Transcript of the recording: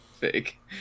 Fake